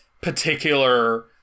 particular